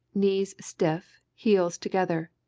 knees stiff, heels together,